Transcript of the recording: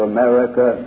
America